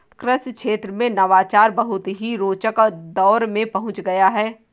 कृषि क्षेत्र में नवाचार बहुत ही रोचक दौर में पहुंच गया है